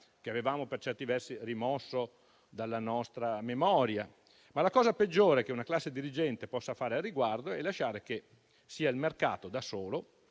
che, per certi versi, avevamo rimosso dalla nostra memoria. La cosa peggiore che una classe dirigente possa fare al riguardo è però lasciare che sia il mercato ad